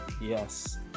Yes